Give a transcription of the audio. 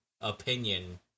opinion